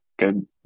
Good